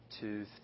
two